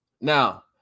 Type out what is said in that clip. Now